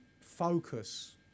focus